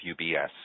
UBS